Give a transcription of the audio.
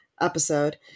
episode